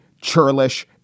churlish